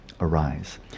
arise